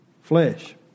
flesh